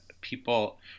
People